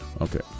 okay